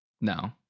no